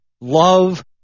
love